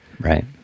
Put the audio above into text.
Right